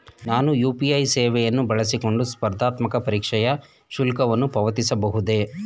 ನಾನು ಯು.ಪಿ.ಐ ಸೇವೆಯನ್ನು ಬಳಸಿಕೊಂಡು ಸ್ಪರ್ಧಾತ್ಮಕ ಪರೀಕ್ಷೆಯ ಶುಲ್ಕವನ್ನು ಪಾವತಿಸಬಹುದೇ?